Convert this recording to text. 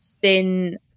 thin